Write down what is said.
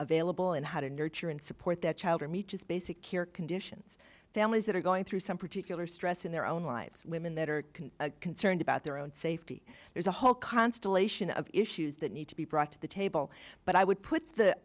available and how to nurture and support that child or meet his basic care conditions families that are going through some particular stress in their own lives women that are concerned about their own safety there's a whole constellation of issues that need to be brought to the table but i would put the